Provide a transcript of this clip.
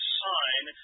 sign